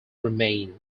remain